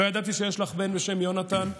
לא ידעתי שיש לך בן בשם יונתן,